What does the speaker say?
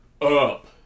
up